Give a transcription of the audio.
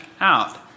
out